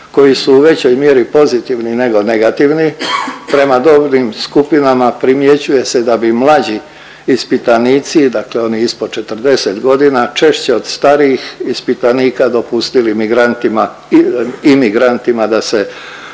koji su u većoj mjeri pozitivni nego negativni, prema dobnim skupinama primjećuje se da bi mlađi ispitanici, dakle oni ispod 40 godina češće od starijih ispitanika dopustili migrantima,